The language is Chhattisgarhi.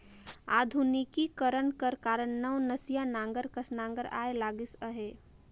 आधुनिकीकरन कर कारन नवनसिया नांगर कस नागर आए लगिस अहे